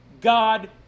God